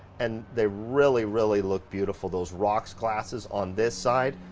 and they really, really look beautiful, those rocks glasses on this side,